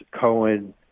Cohen